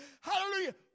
hallelujah